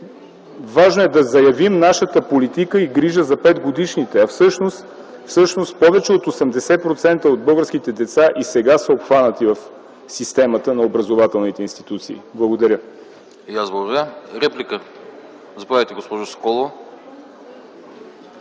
важно е да заявим нашата политика и грижа за 5-годишните. Всъщност повече от 80% от българските деца и сега са обхванати в системата на образователните институции. Благодаря.